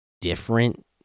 different